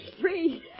free